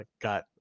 got